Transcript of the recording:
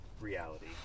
reality